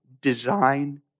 design